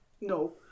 No